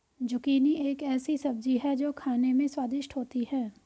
zucchini एक ऐसी सब्जी है जो खाने में स्वादिष्ट होती है